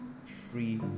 free